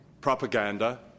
propaganda